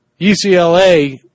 UCLA